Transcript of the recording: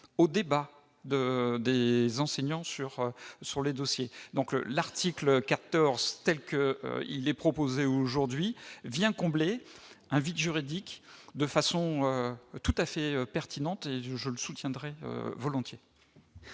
au débat de des enseignants sur sur les dossiers, donc l'article 14, telle que il est proposé aujourd'hui vient combler un vide juridique, de façon tout à fait pertinente je le soutiendrais volontiers.